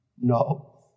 No